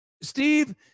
Steve